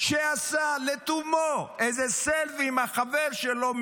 שעשה לתומו איזה סלפי עם החבר שלו,